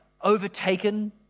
overtaken